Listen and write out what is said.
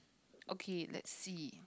okay let's see